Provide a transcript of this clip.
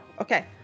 Okay